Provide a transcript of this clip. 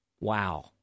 Wow